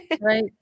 Right